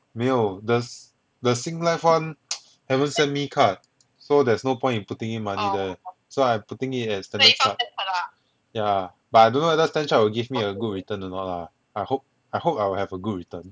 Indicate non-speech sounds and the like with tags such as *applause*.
没有 the s~ the sing life [one] *noise* haven't send me card so there's no point in putting in money there so I putting it as standard chart yeah but I don't know whether stanchart will give me a good return a not lah I hope I hope I will have a good return